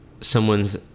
someone's